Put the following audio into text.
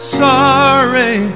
sorry